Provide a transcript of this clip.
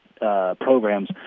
Programs